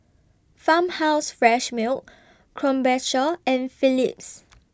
Farmhouse Fresh Milk Krombacher and Philips